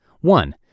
One